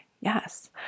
yes